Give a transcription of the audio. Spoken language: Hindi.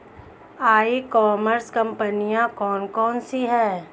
ई कॉमर्स कंपनियाँ कौन कौन सी हैं?